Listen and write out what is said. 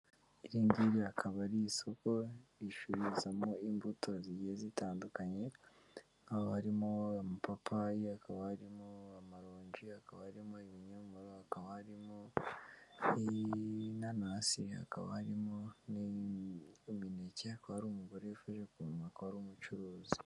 Iri ngiri akaba ari isoko ricururizwamo imbuto zigiye zitandukanye, haba harimo amapapayi, hakaba harimo amaronji, hakaba harimo ibinyomoro, hakaba harimo n'inanasi, hakaba harimo n'imineke, hakabako hari umugore wifuje kumenya ko ari umucuruzi.